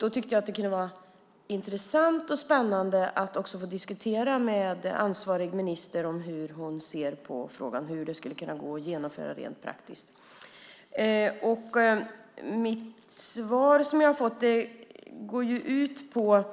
Då tyckte jag att det kunde vara intressant och spännande att få diskutera med ansvarig minister hur hon ser på frågan och hur det skulle kunna gå att genomföra detta rent praktiskt. Det svar som jag har fått går ut på